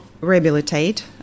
rehabilitate